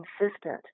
consistent